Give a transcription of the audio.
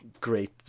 great